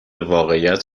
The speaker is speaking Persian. واقعیت